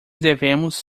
devemos